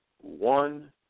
one